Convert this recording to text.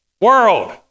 World